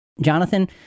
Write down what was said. Jonathan